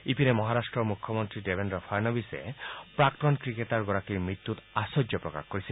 ইপিনে মহাৰাট্টৰ মুখ্যমন্ত্ৰী দেৱেন্দ্ৰ ফাড়নৱীশে প্ৰাক্তন ক্ৰিকেটাৰ গৰাকীৰ মৃত্যুত আশ্চয্য প্ৰকাশ কৰিছে